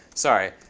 sorry,